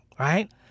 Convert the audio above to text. Right